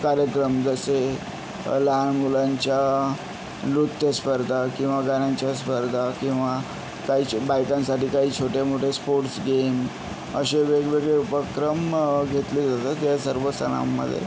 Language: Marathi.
कार्यक्रम जसे लहान मुलांच्या नृत्यस्पर्धा किंवा गाण्यांच्या स्पर्धा किंवा काही बायकांसाठी काही छोटे मोठे स्पोर्ट्स गेम असे वेगवेगळे उपक्रम घेतले जातात या सर्व सणांमध्ये